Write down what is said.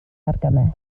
argymell